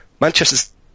Manchester